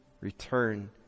return